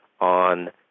on